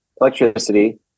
electricity